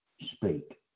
speak